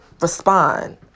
respond